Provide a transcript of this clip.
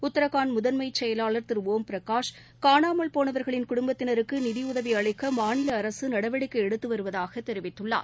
உத்தராகண்ட் முதன்மை செயலாளர் திரு ஒம் பிரகாஷ் காணாமல் போனவர்களின் குடும்பத்தினருக்கு நிதியுதவி அளிக்க மாநில அரசு நடவடிக்கை எடுத்து வருவதாக தெரிவித்தார்